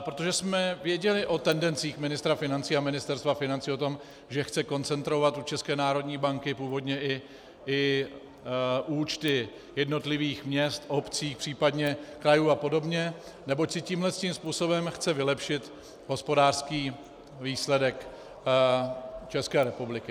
Protože jsme věděli o tendencích ministra financí a Ministerstva financí o tom, že chce koncentrovat u České národní banky původně i účty jednotlivých měst, obcí, případně krajů a podobně, neboť si tímhle způsobem chce vylepšit hospodářský výsledek České republiky.